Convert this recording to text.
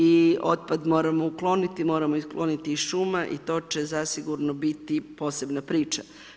I otpad moramo ukloniti, moramo ukloniti iz šuma i to će zasigurno biti posebna priča.